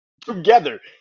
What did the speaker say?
together